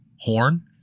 Horn